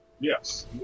Yes